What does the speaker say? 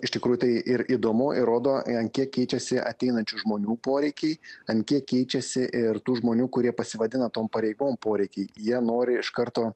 iš tikrųjų tai ir įdomu ir rodo ant kiek keičiasi ateinančių žmonių poreikiai ant kiek keičiasi ir tų žmonių kurie pasivadina tom pareigom poreikiai jie nori iš karto